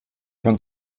von